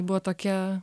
buvo tokia